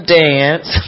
dance